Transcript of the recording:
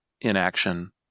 inaction